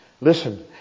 Listen